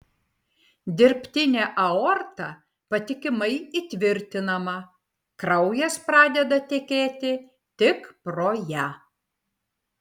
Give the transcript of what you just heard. dirbtinė aorta patikimai įtvirtinama kraujas pradeda tekėti tik pro ją